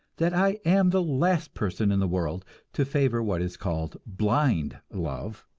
that i am the last person in the world to favor what is called blind love,